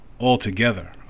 altogether